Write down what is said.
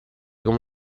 come